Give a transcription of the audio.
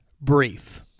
brief